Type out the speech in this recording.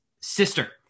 sister